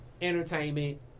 entertainment